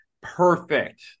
perfect